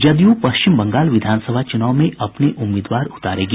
जदयू पश्चिम बंगाल विधानसभा चुनाव में अपने उम्मीदवार उतारेगी